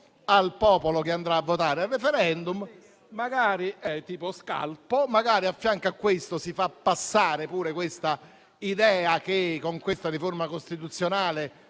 al popolo che andrà a votare al *referendum*, tipo scalpo e magari a fianco ad esso si fa passare pure l'idea che con questa riforma costituzionale